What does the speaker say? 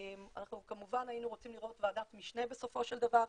אנחנו כמובן היינו רוצים לראות ועדת משנה בסופו של דבר,